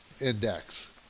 Index